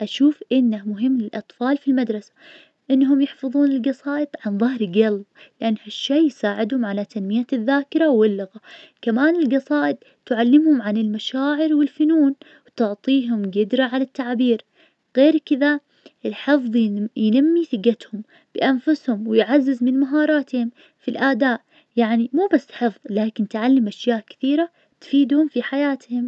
أشوف إنه مهم للأطفال في المدرسة, إنهم يحفظون القصايد عن ظهر جلب, لأن هالشي يساعدون على تنمية الذاكرة واللغة, و كمان القصايد تعلمهم عن المشاعر والفنون, وتعطيهم جدرة على التعبير, غير كذا الحظ بين- بينمي ثقتهم بأنفسهم ويعزز من مهاراتهم في الآداء, يعني مو بس حفظ لكن تعلم أشياء كثيرة تفيدهم في حياتهم.